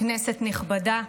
כנסת נכבדה,